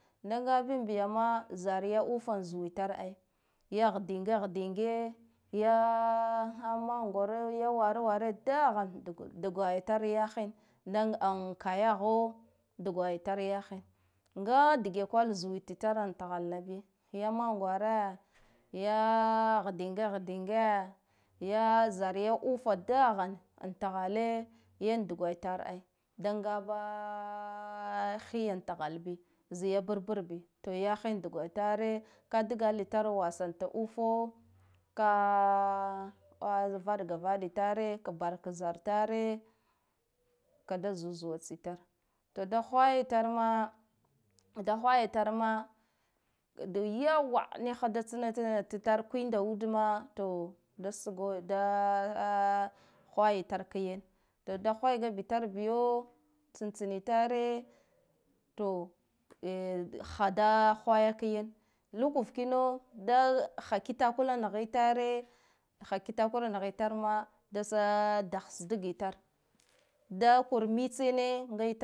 Da ngabinbiyama zar ya ufa zuwi tar ai yahdinga hdinge ya mangware ya waraware dahan dugwaya tar yahin a kayaha dagwai tar yahin, nga dugwai kwal zuwi tsitare thak na bi ya mangware ya hdinga hdinge ya zarya ufa dahane a thale yan dugwai tar ai, dangaba hiya thal bi zai yi burbur bi to yahin dugwai tare ka dgala itare wasa ta ufa ka vaɗgavaɗi tare kada zuwa zuwa tsitare, to da hwaya tare ma da hwaya tare ma da yawwa niha da tsana tsna tar kwinda kaude to da sugoda hwaya tar kayan to da hwaygabitar biyo, tsntsini tare to a hada hwaya kyan lukurkino daho kitakula nahi itare ma dasa dasdigitare da kur mchie ne.